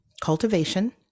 Cultivation